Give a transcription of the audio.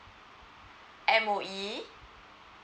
M_O_E